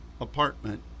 apartment